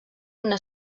una